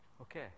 Okay